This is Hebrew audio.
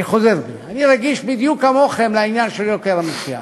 אני חוזר בי: אני רגיש בדיוק כמוכם לעניין של יוקר המחיה.